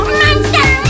monster